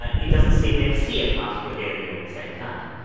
it doesn't seem we ever see a particle here and here at the same time.